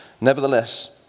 Nevertheless